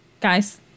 Guys